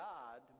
God